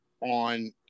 on